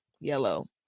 yellow